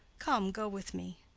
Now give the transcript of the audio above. come, go with me.